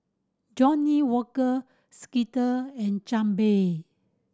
Johnnie Walker Skittle and Chang Beer